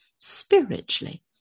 spiritually